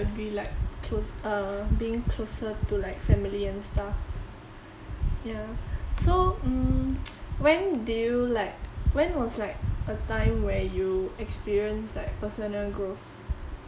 ya I agree like close err being closer to like family and stuff ya so mm when do you like when was like a time where you experienced like personal growth